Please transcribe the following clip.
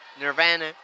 Nirvana